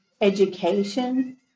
education